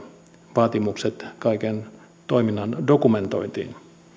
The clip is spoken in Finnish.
vaatimukset kaiken toiminnan dokumentointiin